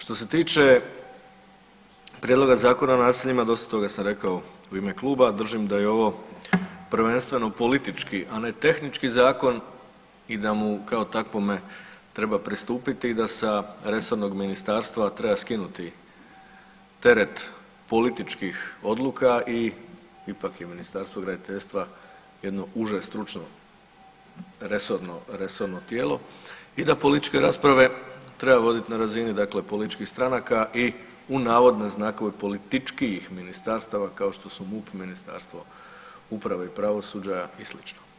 Što se tiče prijedloga zakonima o naseljima dosta toga sam rekao u ime kluba, držim da je ovo prvenstveno politički, a ne tehnički zakon i ta da mu kao takvome treba pristupiti da sa resornog ministarstva treba skinuti teret političkih odluka i ipak je Ministarstvo graditeljstva jedno uže stručno resorno tijelo i da političke rasprave treba voditi na razini političkih stranaka i „političkijih“ ministarstava kao što su MUP, Ministarstvo uprave i pravosuđa i sl.